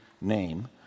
name